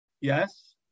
Yes